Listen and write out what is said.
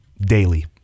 daily